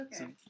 okay